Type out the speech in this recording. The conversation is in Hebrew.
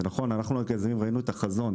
זה נכון; אנחנו, כיזמים, ראינו את החזון.